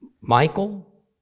Michael